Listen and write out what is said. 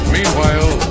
Meanwhile